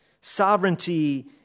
Sovereignty